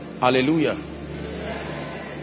Hallelujah